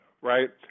right